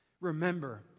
Remember